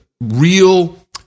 real